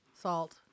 salt